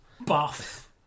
Buff